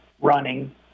running